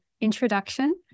introduction